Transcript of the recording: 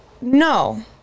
No